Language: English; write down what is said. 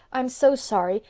i'm so sorry,